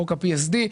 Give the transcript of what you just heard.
חוק ה-PSD.